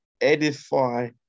edify